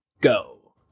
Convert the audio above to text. go